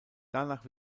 danach